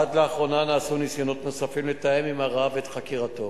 עד לאחרונה נעשו ניסיונות נוספים לתאם עם הרב את חקירתו,